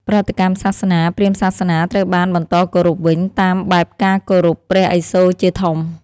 ប្រតិកម្មសាសនា ព្រាហ្មណ៍សាសនាត្រូវបានបន្តគោរពវិញ តាមបែបការគោរពព្រះឥសូរជាធំ។